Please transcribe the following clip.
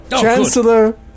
Chancellor